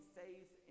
faith